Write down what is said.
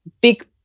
big –